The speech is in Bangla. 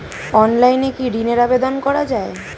অনলাইনে কি ঋণের আবেদন করা যায়?